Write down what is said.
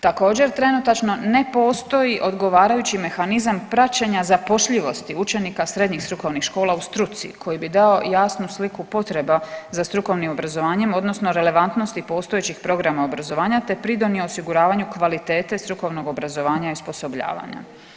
Također trenutačno ne postoji odgovarajući mehanizam praćenja zapošljivosti učenika srednjih strukovnih škola u struci koji bi dao jasnu sliku potreba za strukovnim obrazovanjem, odnosno relevantnosti postojećih programa obrazovanja te pridonio osiguravanju kvalitete strukovnog obrazovanja i osposobljavanja.